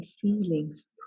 feelings